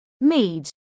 Mead